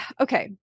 Okay